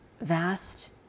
vast